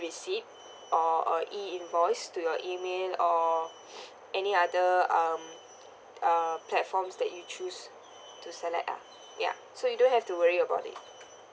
receipt or E invoice to your email or any other um uh platforms that you choose to select ah ya so you don't have to worry about it